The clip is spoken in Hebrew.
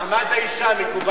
מעמד האשה מקובל.